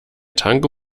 tanke